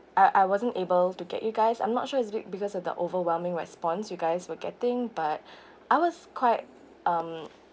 I~ I wasn't able to get you guys I'm not sure is it because of the overwhelming response you guys were getting but I was quite um